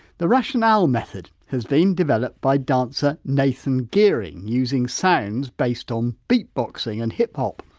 the rationale method has been developed by dancer nathan geering, using sounds based on beep boxing and hip hop.